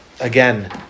again